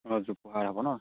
অলপ জোপোহা হ'ব ন